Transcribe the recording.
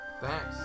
thanks